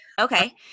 Okay